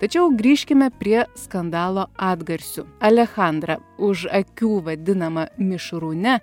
tačiau grįžkime prie skandalo atgarsių alechandra už akių vadinama mišrūne